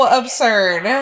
absurd